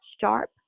sharp